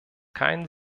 keinen